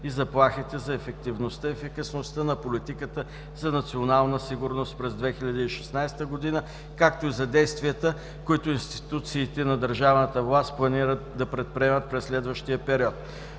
и заплахите за ефективността и ефикасността на политиката за национална сигурност през 2016 г., както и за действията, които институциите на държавна власт планират да предприемат през следващия период.